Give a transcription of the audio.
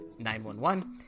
911